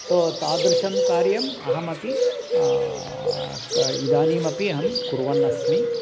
सो तादृशं कार्यम् अहमपि इदानीमपि अहं कुर्वन्नस्मि